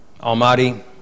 Almighty